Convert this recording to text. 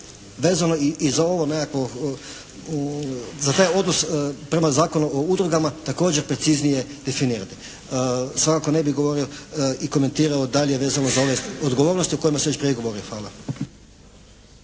vezano i za ovo nekakvo, za taj odnos prema Zakonu o udrugama također preciznije definirati. Svakako ne bih govorio i komentirao dalje vezano za ove odgovornosti o kojima sam već prije govorio. Hvala.